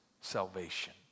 salvation